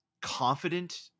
confident